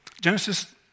Genesis